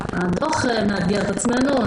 הדוח מאתגר אותנו.